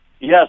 Yes